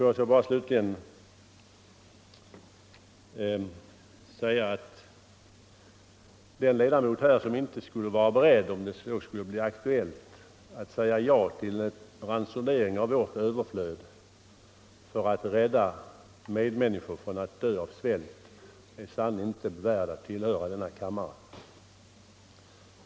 Torsdagen den Låt mig slutligen säga att den ledamot, som inte är beredd att, om 12 december 1974 så skulle bli aktuellt, säga ja till en ransonering av vårt överflöd för ——— att rädda medmänniskor från att dö av svält, är sannerligen inte värd = Ytterligare insatser att tillhöra denna kammare.